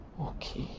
Okay